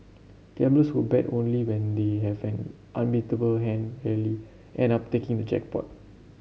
gamblers who bet only when they have an unbeatable hand rarely end up taking the jackpot